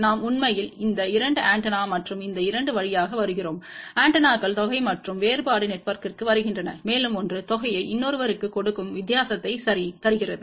நாம் உண்மையில் இந்த 2 ஆண்டெனா மற்றும் இந்த 2 வழியாக வருகிறோம் ஆண்டெனாக்கள் தொகை மற்றும் வேறுபாடு நெட்வொர்க்கிற்கு வருகின்றன மேலும் ஒன்று தொகையை இன்னொருவருக்குக் கொடுக்கும் வித்தியாசத்தை சரி தருகிறது